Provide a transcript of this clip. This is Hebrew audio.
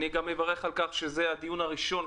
אני גם מברך על כך שזה הדיון הראשון,